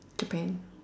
depends